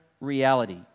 reality